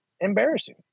embarrassing